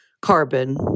carbon